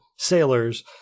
sailors